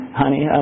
honey